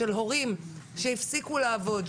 של הורים שהפסיקו לעבוד,